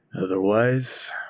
Otherwise